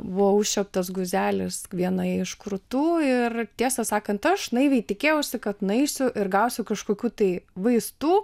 buvo užčiuoptas guzelis vienoje iš krūtų ir tiesą sakant aš naiviai tikėjausi kad nueisiu ir gausiu kažkokių tai vaistų